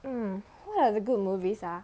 mm what are the good movies ah